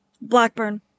Blackburn